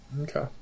Okay